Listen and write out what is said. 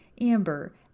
Amber